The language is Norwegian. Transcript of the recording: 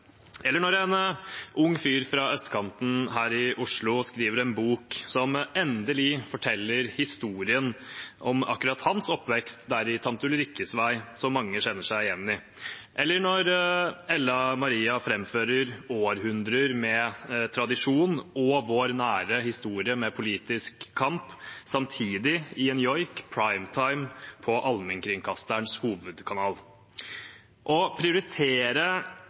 eller når en ung fyr fra østkanten her i Oslo skriver en bok som endelig forteller historien om akkurat hans oppvekst i Tante Ulrikkes vei, som mange kjenner seg igjen i, eller når Ella Marie framfører århundrer med tradisjon og vår nære historie med politisk kamp samtidig i en joik, primetime på allmennkringkasterens hovedkanal. Å prioritere kulturlivet og kunsten handler om å prioritere